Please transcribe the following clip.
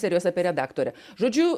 serijos apie redaktorę žodžiu